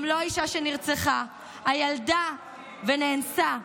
גם לא הילדה שנאנסה.